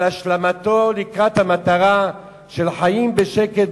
אל השלמתו לקראת המטרה של חיים בשקט,